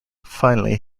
finally